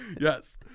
Yes